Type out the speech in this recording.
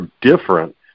different